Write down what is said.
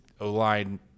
O-line